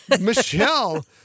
Michelle